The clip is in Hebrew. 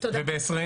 וב־2020?